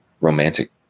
romantic